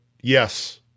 yes